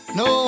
no